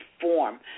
form